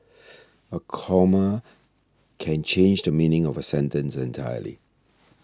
a comma can change the meaning of a sentence entirely